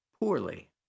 poorly